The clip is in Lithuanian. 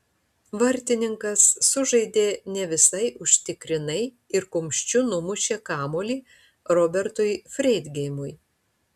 vartininkas sužaidė ne visai užtikrinai ir kumščiu numušė kamuolį robertui freidgeimui